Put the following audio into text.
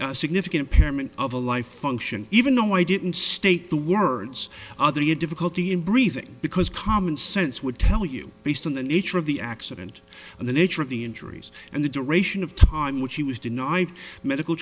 had significant pearman of a life function even though i didn't state the words other he had difficulty in breathing because common sense would tell you based on the nature of the accident and the nature of the injuries and the duration of time which he was denied medical